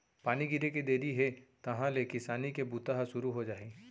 पानी गिरे के देरी हे तहॉं ले किसानी के बूता ह सुरू हो जाही